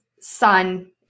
son